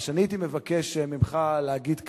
מה שאני הייתי מבקש ממך להגיד כאן,